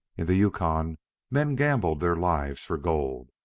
in the yukon men gambled their lives for gold,